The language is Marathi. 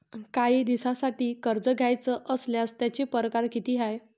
कायी दिसांसाठी कर्ज घ्याचं असल्यास त्यायचे परकार किती हाय?